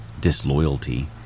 disloyalty